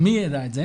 ומי ידע את זה?